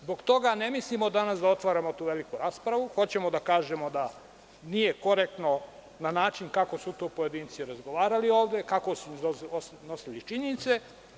Zbog toga ne mislimo da danas otvaramo tu veliku raspravu, hoćemo da kažemo da nije korektno na način kako su to pojedinci razgovarali, kao su iznosili činjenice.